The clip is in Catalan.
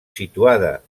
situada